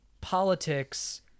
politics